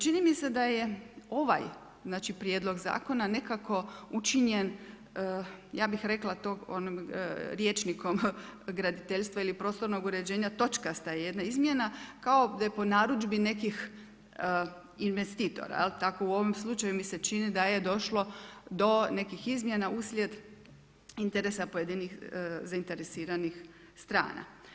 Čini mi se da je ovaj znači prijedlog zakona nekako učinjen ja bih rekla to rječnikom graditeljstva ili prostornog uređenja, točkasta jedna izmjena kao da je po narudžbi nekih investitora, tako u ovom slučaju mi se čini da je došlo do nekih izmjena uslijed interesa pojedinih zainteresiranih strana.